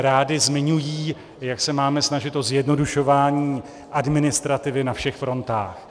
Rády zmiňují, jak se máme snažit o zjednodušování administrativy na všech frontách.